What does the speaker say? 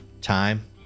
time